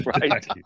right